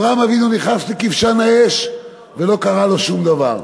אברהם אבינו נכנס לכבשן האש ולא קרה לו שום דבר.